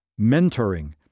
Mentoring